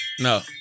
no